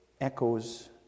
echoes